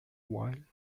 while